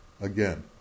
Again